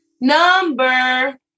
Number